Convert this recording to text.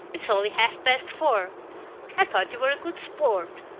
it's only half-past four! i thought you were a good sport.